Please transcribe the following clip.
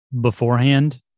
beforehand